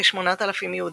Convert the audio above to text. כ־8,000 יהודים.